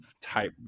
type